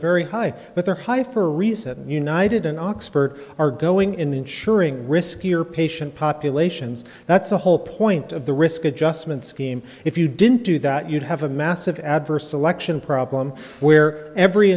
very high but they're high for a reason united an oxford are going in insuring riskier patient populations that's the whole point of the risk adjustment scheme if you didn't do that you'd have a massive adverse selection problem where every